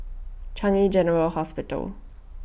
Changi General Hospital